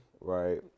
right